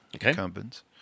incumbents